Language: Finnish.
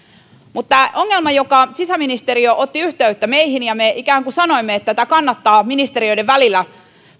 mutta ongelma josta sisäministeriö otti yhteyttä meihin ja me ikään kuin sanoimme että tätä kannattaa ministeriöiden välillä